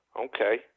Okay